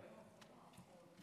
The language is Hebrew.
בוקר טוב,